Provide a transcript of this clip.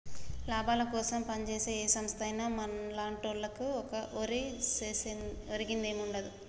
లాభాలకోసం పంజేసే ఏ సంస్థైనా మన్లాంటోళ్లకు ఒరిగించేదేముండదు